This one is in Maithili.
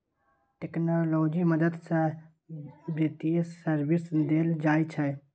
टेक्नोलॉजी मदद सँ बित्तीय सर्विस देल जाइ छै